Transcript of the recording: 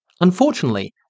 Unfortunately